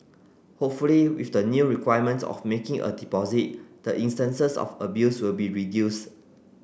hopefully with the new requirement of making a deposit the instances of abuse will be reduced